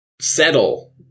settle